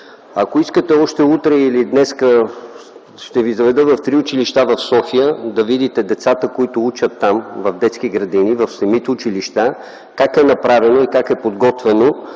Ако искате още утре или днес ще Ви заведа в три училища в София да видите децата, които учат там – в детски градини в самите училища, как е направено и как е подготвено,